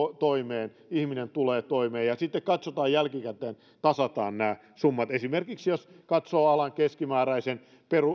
toimeen ihminen tulee toimeen ja sitten katsotaan jälkikäteen tasataan nämä summat esimerkiksi jos katsoo alan keskimääräisen